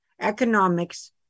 economics